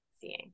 seeing